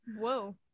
Whoa